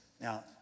now